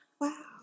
Wow